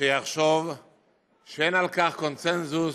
לחשוב שאין על כך קונסנזוס,